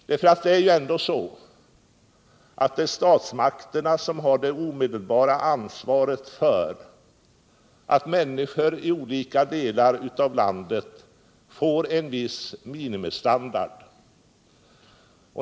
Det är ändå statsmakterna som har det omedelbara ansvaret för att människor i olika delar av landet får en viss minimistandard.